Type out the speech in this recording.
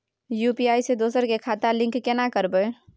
UPI से दोसर के खाता लिंक केना करबे?